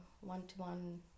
one-to-one